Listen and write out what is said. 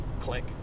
click